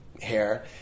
hair